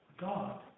God